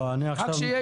רק שיהיה איזון.